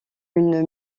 une